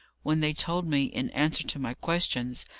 when they told me, in answer to my questions,